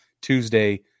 Tuesday